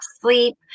sleep